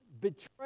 betray